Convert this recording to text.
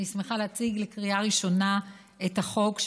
אני שמחה להציג לקריאה ראשונה את הצעת חוק,